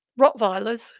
Rottweilers